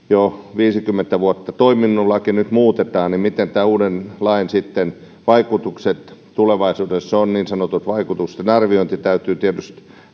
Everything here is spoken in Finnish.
jo viisikymmentä vuotta toiminut laki nyt muutetaan niin millaiset tämän uuden lain vaikutukset tulevaisuudessa ovat niin sanottu vaikutusten arviointi täytyy tietysti